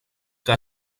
que